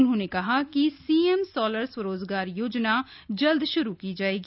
उन्होंने कहा कि सीएम सोलर स्वरोजगार योजना जल्द शुरू की जायेगी